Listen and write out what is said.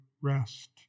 rest